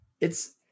It's-